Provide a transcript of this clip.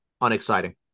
Unexciting